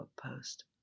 post